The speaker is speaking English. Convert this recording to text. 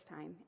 time